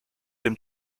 dem